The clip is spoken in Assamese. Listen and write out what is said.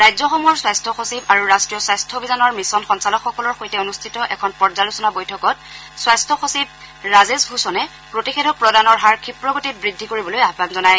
ৰাজ্যসমূহৰ স্বাস্থ্য সচিব আৰু ৰাষ্ট্ৰীয় স্বাস্থ্য অভিযানৰ মিছন সঞালকসকলৰ সৈতে অনূঠিত এখন পৰ্যালোচনা বৈঠকত স্বাস্থ্য সচিব ৰাজেশ ভূষণে প্ৰতিষেধক প্ৰদানৰ হাৰ ক্ষীপ্ৰগতিত বৃদ্ধি কৰিবলৈ জনায়